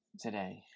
today